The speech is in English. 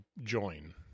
join